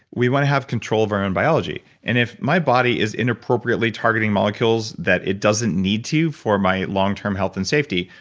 we want to have control of our own biology. and if my body is inappropriately targeting molecules that it doesn't need to for my long term health and safety,